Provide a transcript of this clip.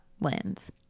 lens